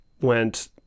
went